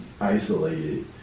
isolated